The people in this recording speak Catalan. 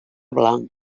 blanc